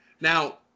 Now